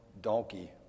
donkey